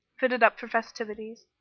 fitted up for festivities,